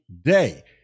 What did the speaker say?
day